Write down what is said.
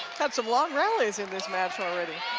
had some long rallies in thismatch already.